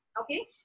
okay